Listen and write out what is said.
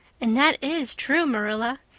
and that is true, marilla.